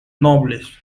nobles